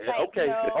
Okay